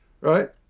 Right